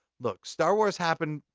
look. star wars happened,